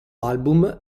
album